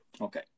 okay